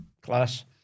class